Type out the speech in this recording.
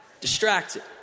Distracted